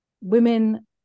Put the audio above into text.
women